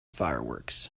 fireworks